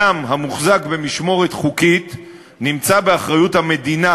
אדם המוחזק במשמורת חוקית נמצא באחריות המדינה,